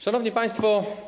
Szanowni Państwo!